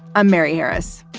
i'm mary harris.